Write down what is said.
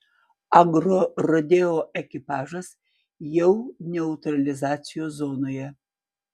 agrorodeo ekipažas jau neutralizacijos zonoje